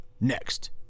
next